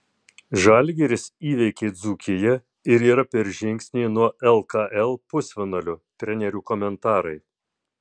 žalgiris įveikė dzūkiją ir yra per žingsnį nuo lkl pusfinalio trenerių komentarai